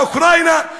לאוקראינה.